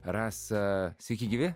rasa sveiki gyvi